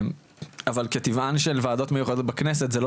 אבל כטיבן של וועדות מיוחדות בכנסת זה לא